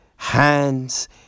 Hands